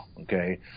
okay